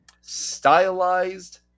Stylized